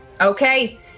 Okay